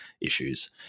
issues